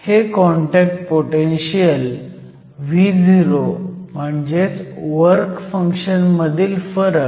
हे contact potential Vo म्हणजे work function मधील फरक